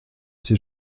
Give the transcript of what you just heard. c’est